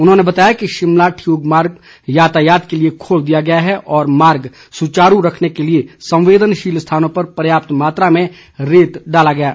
उन्होंने बताया कि शिमला ठियोग मार्ग यातायात के लिए खोल दिया गया है और मार्ग सुचारू रखने के लिए संवेदनशील स्थानों पर पर्याप्त मात्रा में रेत डाला जाएगा